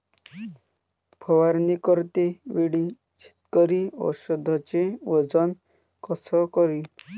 फवारणी करते वेळी शेतकरी औषधचे वजन कस करीन?